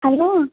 hello